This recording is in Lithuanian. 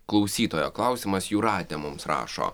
klausytojo klausimas jūratė mums rašo